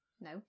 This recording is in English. No